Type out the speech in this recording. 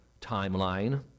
timeline